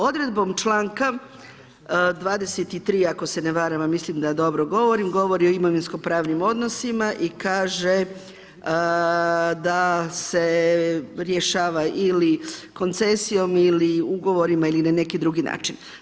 Odredbom članka 23. ako se ne varam, a mislim da dobro govorim, govori o imovinsko-pravnim odnosima i kaže da se rješava ili koncesijom ili ugovorima ili na neki drugi način.